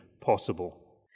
possible